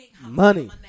money